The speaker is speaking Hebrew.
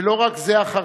ולא רק החרדי,